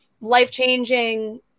life-changing